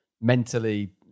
mentally